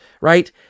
right